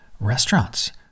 restaurants